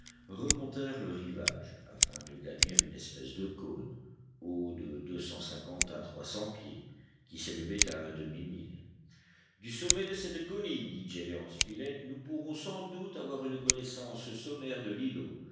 remontèrent le rivage afin de gagner une espèce de cône haut de deux cent cinquante à trois cents pieds qui s'élevait à un demi-mille du sommet de cette colline dit gédéon spilett nous pourrons sans doute avoir une connaissance sommaire de l'îlot